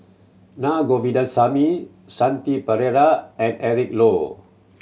Na Govindasamy Shanti Pereira and Eric Low